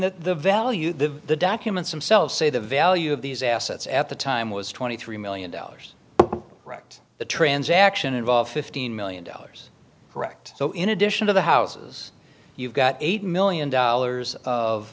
that the value the documents themselves say the value of these assets at the time was twenty three million dollars the transaction involved fifteen million dollars correct so in addition to the houses you've got eight million dollars of